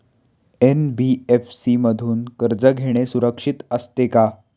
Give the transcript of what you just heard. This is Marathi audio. एन.बी.एफ.सी मधून कर्ज घेणे सुरक्षित असते का?